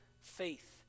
faith